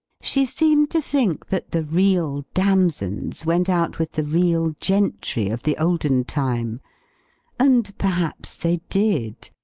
she seemed to think that the real damsons went out with the real gentry of the olden time and perhaps they did,